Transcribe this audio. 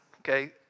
okay